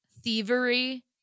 thievery